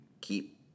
keep